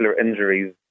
injuries